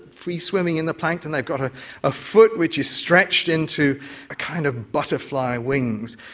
free swimming in the plankton, they've got a ah foot which is stretched into ah kind of butterfly wings.